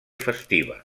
festiva